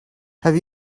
have